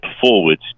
forward